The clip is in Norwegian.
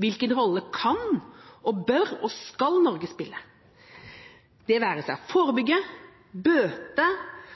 Hvilken rolle kan, bør og skal Norge spille – det være seg å forebygge, bøte